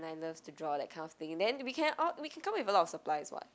and like loves to draw that kind of thing and then we can or we can come up with a lot of supplies [what]